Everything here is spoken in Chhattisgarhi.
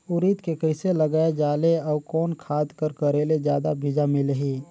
उरीद के कइसे लगाय जाले अउ कोन खाद कर करेले जादा बीजा मिलही?